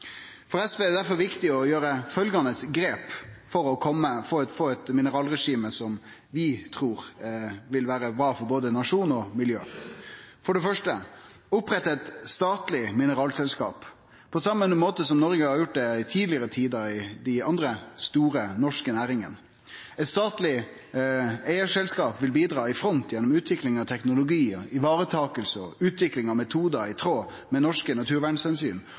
For SV er det difor viktig å gjere følgjande grep for å få eit mineralregime som vi trur vil vere bra for både nasjonen og miljøet. For det første: opprette eit statleg mineralselskap på same måte som Noreg har gjort i tidlegare tider i dei andre store norske næringane. Eit statleg eigarselskap vil bidra i front gjennom utvikling av teknologi, varetaking og utvikling av metodar i tråd med norske